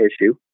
issue